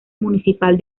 municipal